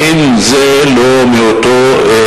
האם זה לא מאותו